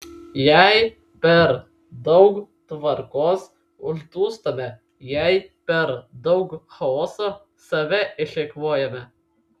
jei per daug tvarkos uždūstame jei per daug chaoso save išeikvojame